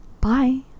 Bye